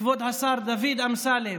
כבוד השר דוד אמסלם,